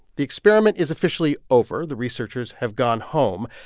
the experiment is officially over. the researchers have gone home.